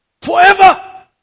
Forever